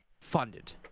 funded